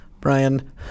Brian